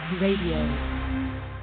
radio